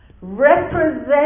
represent